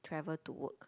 travel to work